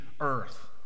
earth